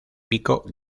pico